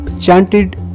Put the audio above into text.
chanted